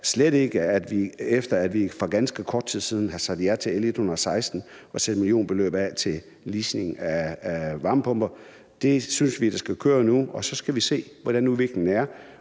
slet ikke, når vi for ganske kort tid siden sagde ja til L 116 og satte et millionbeløb af til leasing af varmepumper. Det synes vi skal køre nu, og så skal vi se, hvordan udviklingen